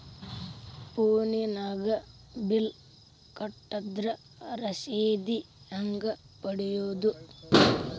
ಫೋನಿನಾಗ ಬಿಲ್ ಕಟ್ಟದ್ರ ರಶೇದಿ ಹೆಂಗ್ ಪಡೆಯೋದು?